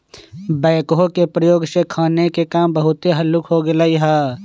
backhoe के प्रयोग से खन्ने के काम बहुते हल्लुक हो गेलइ ह